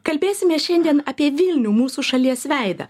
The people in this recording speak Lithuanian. kalbėsime šiandien apie vilnių mūsų šalies veidą